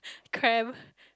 calm